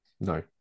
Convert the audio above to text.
No